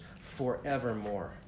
forevermore